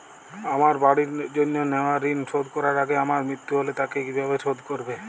আমার বাড়ির জন্য নেওয়া ঋণ শোধ করার আগে আমার মৃত্যু হলে তা কে কিভাবে শোধ করবে?